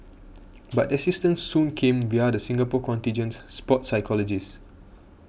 but assistance soon came via the Singapore contingent's sports psychologist